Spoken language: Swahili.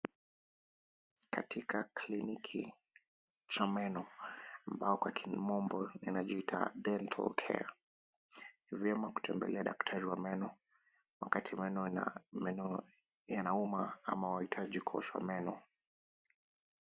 Katika kliniki cha meno ambako kwa kimombo kinajiita dentalcare , ni vyema utembelee daktari wa meno, wakati meno yanauma ama wahitaji kuoshwa meno.